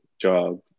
job